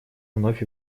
вновь